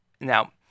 now